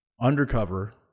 undercover